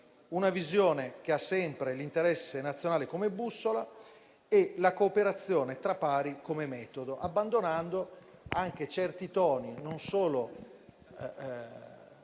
una visione che ha sempre l'interesse nazionale come bussola e la cooperazione tra pari come metodo, abbandonando anche certi toni non solo